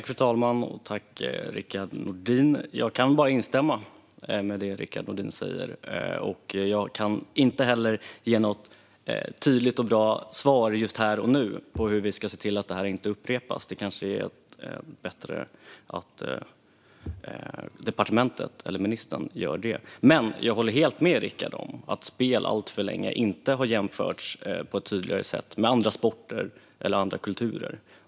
Fru talman! Jag kan bara instämma i det Rickard Nordin säger. Jag kan inte just här och nu ge något tydligt och bra svar på hur vi ska se till att detta inte upprepas; det kanske är bättre att departementet eller ministern gör det. Jag håller dock med Rickard om att spel alltför länge inte på ett tydligt sätt har jämförts med andra sporter eller andra kulturer.